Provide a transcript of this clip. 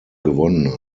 gewonnen